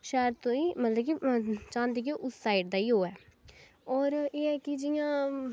शैह्र ताहीं मतलब कि चाहंदे कि उस साइड दा ई होऐ होर एह् ऐ कि जि'यां